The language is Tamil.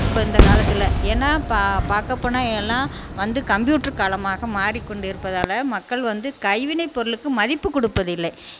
இப்போ இந்த காலத்தில் ஏன்னா பா பார்க்கப் போனால் எல்லாம் வந்து கம்ப்யூட்டர் காலமாக மாறிக்கொண்டு இருப்பதால் மக்கள் வந்து கைவினைப் பொருளுக்கு மதிப்பு கொடுப்பது இல்லை